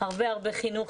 הרבה הרבה חינוך,